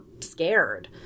scared